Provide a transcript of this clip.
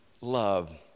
love